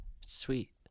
Sweet